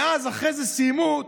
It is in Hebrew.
ואז אחרי זה סיימו,